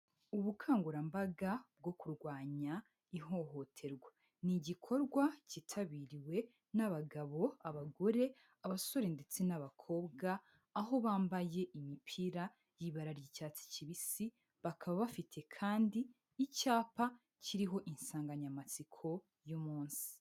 Ubukangurambaga bwo kurwanya ihohoterwa, ni igikorwa cyitabiriwe n'abagabo, abagore, abasore ndetse n'abakobwa, aho bambaye imipira y'ibara ry'icyatsi kibisi, bakaba bafite kandi icyapa kiriho insanganyamatsiko y'umunsi.